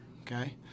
okay